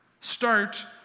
start